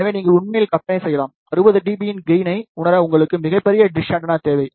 எனவே நீங்கள் உண்மையில் கற்பனை செய்யலாம் 60 dB யின் கெயினை உணர உங்களுக்கு மிகப் பெரிய டிஷ் ஆண்டெனா தேவை